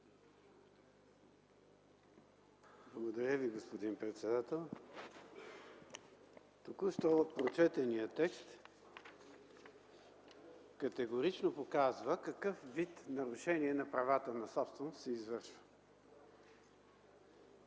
Благодаря Ви, господин председател. Прочетеният току-що текст категорично показва какъв вид нарушение на правата на собственост се извършва. Може да